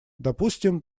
допустим